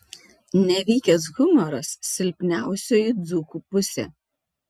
nevykęs humoras silpniausioji dzūko pusė